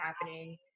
happening